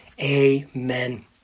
amen